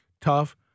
Tough